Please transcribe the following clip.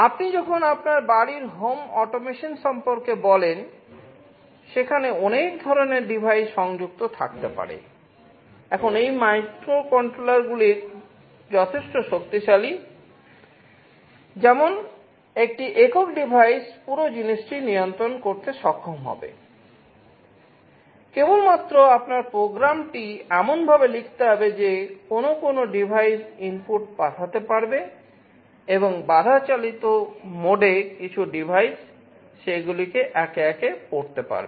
আপনি যখন আপনার বাড়ির হোম অটোমেশন পাঠাতে পারবে এবং বাধা চালিত মোডে কিছু ডিভাইস সেগুলিকে একে একে পড়তে পারবে